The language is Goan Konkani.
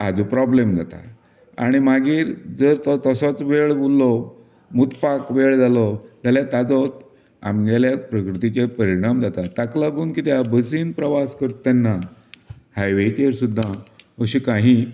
हाजो प्रोब्लॅम जाता आनी मागीर जर तो तसोच वेळ उल्लो मुतपाक वेळ जालो जाल्यार ताजो आमगेल्या प्रकृतीचेर परिणाम जाता ताका लागून कितें आसा बसीन प्रवास करता तेन्ना हायवेचेर सुद्दां अशे काही